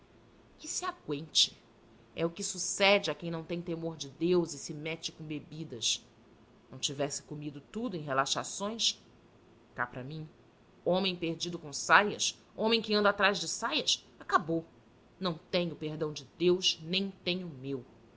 que se agüente é o que sucede a quem não tem temor de deus e se mete com bêbedas não tivesse comido tudo em relaxações cá para mim homem perdido com saias homem que anda atrás de saias acabou não tem o perdão de deus nem tem o meu